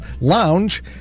Lounge